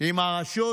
עם הרשות?